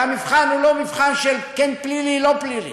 והמבחן הוא לא מבחן של כן פלילי, לא פלילי.